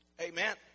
Amen